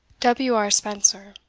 w. r. spenser.